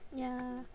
yeah